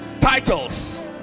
Titles